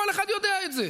כל אחד יודע את זה.